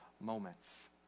moments